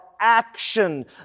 action